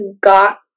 got